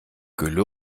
gülle